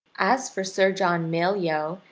as for sir john malyoe,